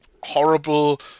horrible